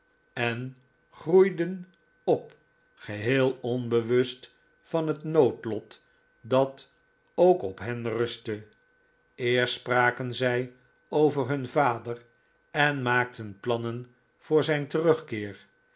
en groeiden op geheel onbewust van het noodlot dat ook op hen rustte eerst spraken zij over hun vader en maakten plannen voor zijn terugkeer